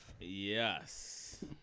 yes